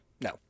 no